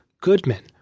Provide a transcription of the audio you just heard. Goodman